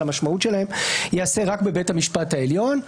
המשמעות שלהם תיעשה רק בבית המשפט העליון,